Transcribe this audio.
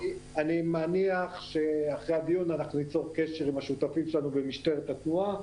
אני מניח שאחרי הדיון ניצור קשר עם השותפים שלנו במשטרת התנועה,